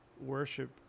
worship